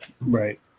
Right